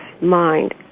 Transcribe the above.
mind